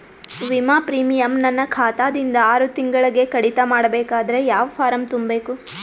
ವಿಮಾ ಪ್ರೀಮಿಯಂ ನನ್ನ ಖಾತಾ ದಿಂದ ಆರು ತಿಂಗಳಗೆ ಕಡಿತ ಮಾಡಬೇಕಾದರೆ ಯಾವ ಫಾರಂ ತುಂಬಬೇಕು?